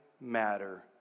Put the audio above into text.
matter